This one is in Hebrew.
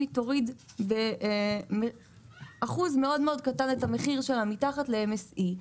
היא תוריד באחוז מאוד קטן את המחיר שלה מתחת ל-MSC,